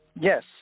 Yes